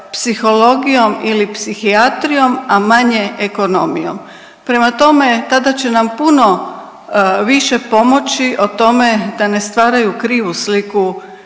psihologijom ili psihijatrijom, a manje ekonomijom. Prema tome, tada će nam puno više pomoći o tome da ne stvaraju krivu sliku